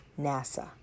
NASA